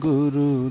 Guru